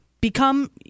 become